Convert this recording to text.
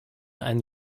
ein